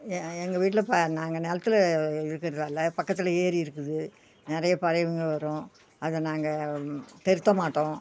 எ எங்கள் வீட்டில் இப்போ நாங்கள் நிலத்துல இருக்கிறதால பக்கத்தில் ஏரி இருக்குது நிறைய பறவைங்கள் வரும் அதை நாங்கள் தெரத்த மாட்டோம்